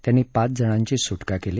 त्यांनी पाच जणांची सुटका केली